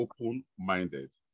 open-minded